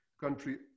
country